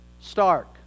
Stark